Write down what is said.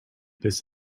this